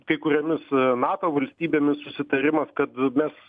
kai kuriomis nato valstybėmis susitarimas kad mes